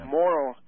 moral